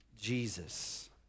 Jesus